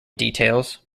details